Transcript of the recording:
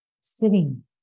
sitting